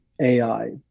AI